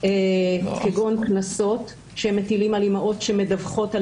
כגון קנסות שהם מטילים על אימהות שמדווחות על